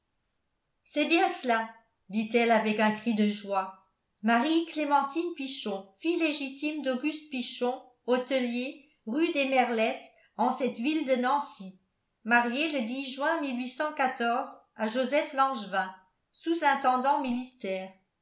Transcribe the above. c'est bien cela dit-elle avec un cri de joie marieclémentine pichon fille légitime d'auguste pichon hôtelier rue des merlettes en cette ville de nancy mariée le juin à joseph langevin